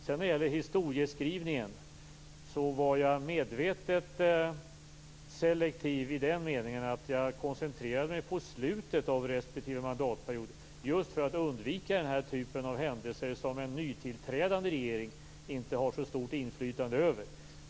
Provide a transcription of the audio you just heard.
Vad gäller historieskrivningen var jag medvetet selektiv i den meningen att jag koncentrerade mig på slutet av respektive mandatperiod just för att undvika den typen av händelser som en nytillträdande regering inte har så stort inflytande över.